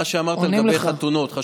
מה שאמרת היום לגבי חתונות, עונים לך.